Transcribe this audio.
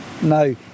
No